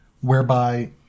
whereby